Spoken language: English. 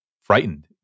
frightened